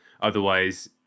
otherwise